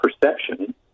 perception